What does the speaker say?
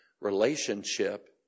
relationship